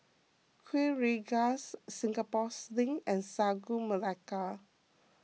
Kuih Rengas Singapore Sling and Sagu Melaka